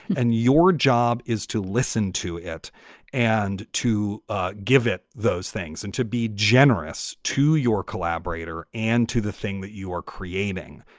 and your job is to listen to it and to ah give it those things and to be generous to your collaborator and to the thing that you are creating.